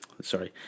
sorry